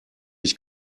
ich